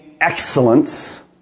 excellence